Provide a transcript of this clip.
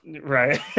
Right